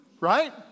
Right